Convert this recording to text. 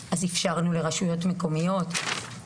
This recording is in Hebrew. אפשרנו זאת לרשויות מקומיות.